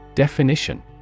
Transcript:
Definition